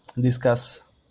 discuss